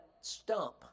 stump